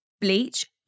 bleach